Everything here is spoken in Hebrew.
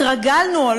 התרגלנו,